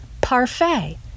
Parfait